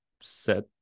set